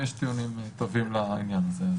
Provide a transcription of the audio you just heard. יש טיעונים טובים לעניין הזה.